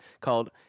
called